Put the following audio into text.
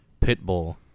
Pitbull